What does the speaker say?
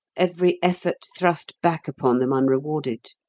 every effort thrust back upon them unrewarded.